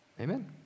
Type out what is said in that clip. amen